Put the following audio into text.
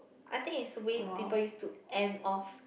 I think it's way people use to end off